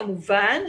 כמובן,